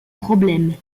problème